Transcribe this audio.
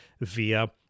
via